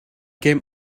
came